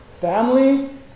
family